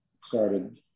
started